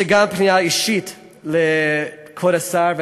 יש לי גם פנייה אישית לכבוד השר,